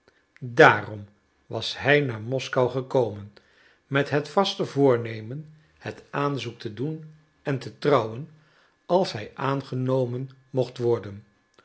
daarom was hij naar moskou gekomen met het vaste voornemen het aanzoek te doen en te trouwen als hij aangenomen mogt worden